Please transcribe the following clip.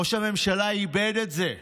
ראש הממשלה איבד את זה,